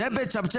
זה מצמצם?